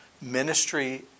ministry